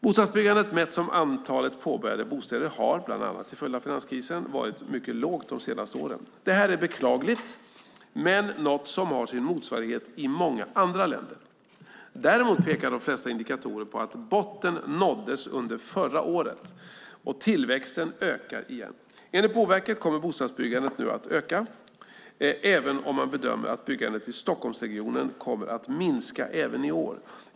Bostadsbyggandet mätt som antalet påbörjade bostäder har, bland annat till följd av finanskrisen, varit mycket lågt de senaste åren. Detta är beklagligt men något som har sin motsvarighet i många andra länder. Däremot pekar de flesta indikatorer på att botten nåddes under förra året och att tillväxten ökar igen. Enligt Boverket kommer bostadsbyggandet nu att öka, även om man bedömer att byggandet i Stockholmsregionen kommer att minska också i år.